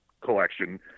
collection